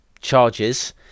charges